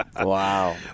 Wow